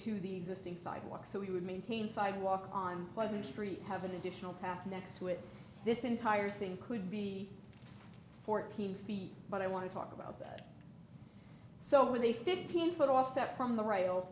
to the existing sidewalk so we would maintain sidewalk on pleasantry have an additional path next to it this entire thing could be fourteen feet but i want to talk about that so with a fifteen foot offset from the rail